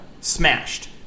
smashed